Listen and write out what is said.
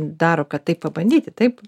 daro kad tai pabandyti taip